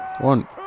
One